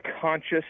conscious